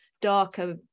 darker